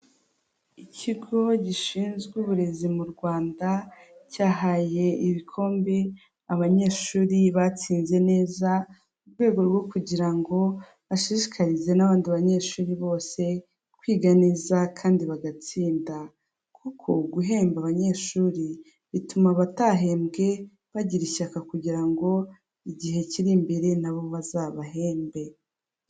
Ikigo gishinzwe uburezi mu rwanda cyahaye ibikombe abanyeshuri batsinze neza murwego rwo kugira ngo ashishikarize n'abandi banyeshuri bose kwiga neza kandi bagatsinda. Kuko guhemba abanyeshuri bituma abatahembwe bagira ishyaka kugira ngo igihe kiri imbere nabo bazabahembe.